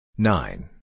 Nine